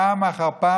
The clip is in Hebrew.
פעם אחר פעם,